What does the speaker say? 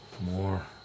More